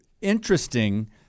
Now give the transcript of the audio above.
interesting